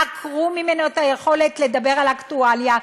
עקרו ממנו את היכולת לדבר על אקטואליה.